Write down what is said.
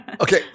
Okay